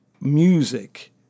music